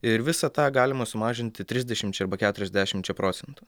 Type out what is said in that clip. ir visą tą galima sumažinti trisdešimčia arba keturiasdešimčia procentų